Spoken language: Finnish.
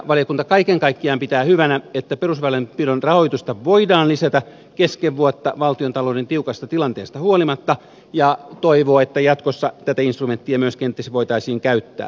valiokunta kaiken kaikkiaan pitää hyvänä että perusväylänpidon rahoitusta voidaan lisätä kesken vuotta valtiontalouden tiukasta tilanteesta huolimatta ja toivoo että jatkossa tätä instrumenttia myös kenties jo voitaisiin käyttää